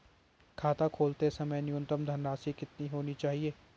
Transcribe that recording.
खाता खोलते समय न्यूनतम धनराशि कितनी होनी चाहिए?